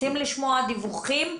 אנחנו רוצים לשמוע דיווחים,